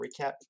Recap